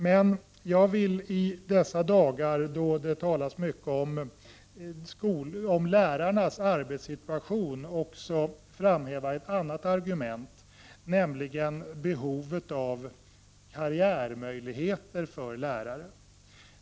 Men jag vill i dessa dagar då det talas mycket om lärarnas arbetssituation också framhäva ett annat argument, nämligen behovet av karriärmöjligheter för lärare.